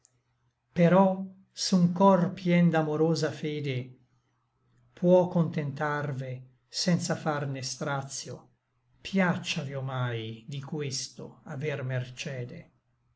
però s'un cor pien d'amorosa fede può contentarve senza farne stracio piacciavi omai di questo aver mercede